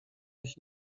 ich